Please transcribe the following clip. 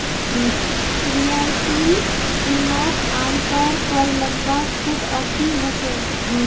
रियायती रिनोत आमतौर पर लंबा छुट अवधी होचे